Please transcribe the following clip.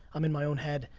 i'm in my own head.